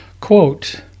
Quote